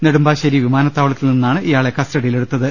നെടുമ്പാ ശ്ശേരി വിമാനത്താവളത്തിൽ നിന്നാണ് ഇയാളെ കസ്റ്റഡിയിൽ എടുത്തത്